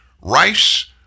Rice